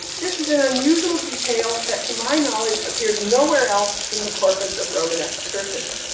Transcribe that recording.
this is an unusual detail that to my knowledge appears nowhere else in the corpus of romanesque churches.